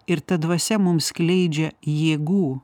ir ta dvasia mums skleidžia jėgų